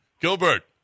Gilbert